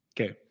Okay